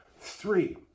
Three